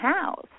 house